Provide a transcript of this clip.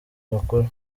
makuru